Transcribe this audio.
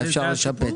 היה אפשר לשפץ.